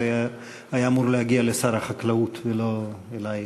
זה היה אמור להגיע לשר החקלאות ולא אלייך,